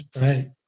Right